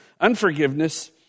Unforgiveness